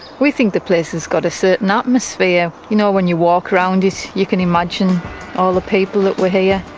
we think the place has got a certain atmosphere, you know, when you walk around it you can imagine all the people that were here,